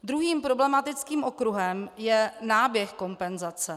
Druhým problematickým okruhem je náběh kompenzace.